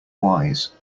wise